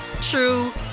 true